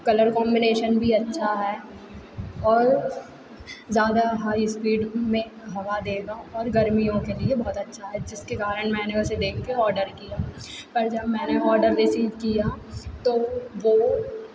colour combination भी अच्छा है और ज़्यादा हाई स्पीड में हवा देगा और गर्मियों के लिए बहुत अच्छा है जिसके कारण मैंने उसे देखके ऑर्डर किया पर जब मैंने ऑर्डर रिसीव किया तो वो